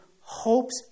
hopes